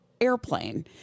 airplane